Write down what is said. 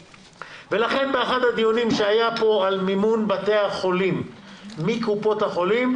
לכן באחד הדיונים שהיה פה על מימון בתי החולים מקופות החולים,